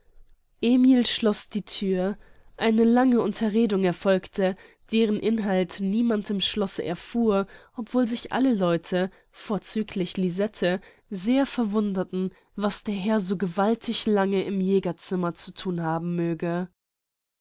emil schloß die thür eine lange unterredung erfolgte deren inhalt niemand im schlosse erfuhr obwohl sich alle leute vorzüglich lisette sehr verwunderten was der herr so gewaltig lange im jägerzimmer zu thun haben möge